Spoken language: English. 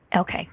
Okay